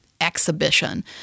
exhibition